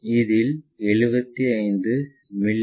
இதில் 75 மி